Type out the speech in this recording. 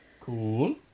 Cool